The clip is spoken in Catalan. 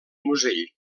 musell